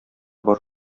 бар